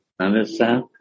Understand